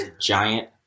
giant